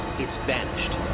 it's vanished.